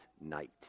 night